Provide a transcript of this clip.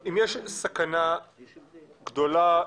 אם יש סכנה גדולה,